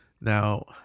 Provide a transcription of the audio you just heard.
Now